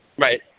Right